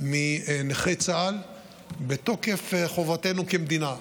מנכי צה"ל מתוקף חובתנו כמדינה.